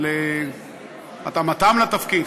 על התאמתם לתפקיד,